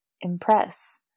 impress